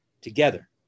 Together